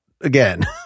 again